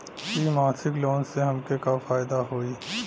इ मासिक लोन से हमके का फायदा होई?